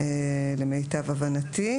למיטב הבנתי.